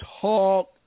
talk